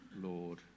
Lord